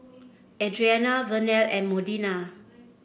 Adrianna Vernell and Modena